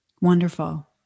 Wonderful